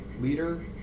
leader